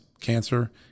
cancer